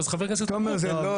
זו שאלה חשובה ביותר.